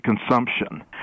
consumption